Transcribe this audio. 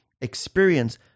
experience